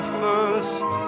first